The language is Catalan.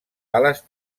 ales